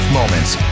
moments